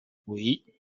oui